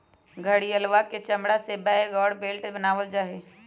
घड़ियलवा के चमड़ा से बैग और बेल्ट बनावल जाहई